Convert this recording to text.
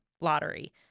lottery